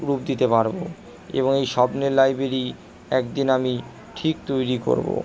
রূপ দিতে পারবো এবং এই স্বপ্নের লাইব্রেরি একদিন আমি ঠিক তৈরি করবো